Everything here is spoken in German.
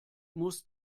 muss